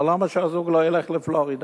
למה שהזוג לא ילך לפלורידה?